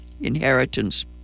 Inheritance